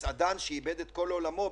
המסעדן שאיבד את כל עולמו.